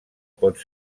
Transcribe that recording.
pot